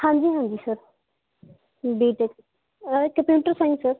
ਹਾਂਜੀ ਹਾਂਜੀ sir B tech computer science sir